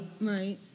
Right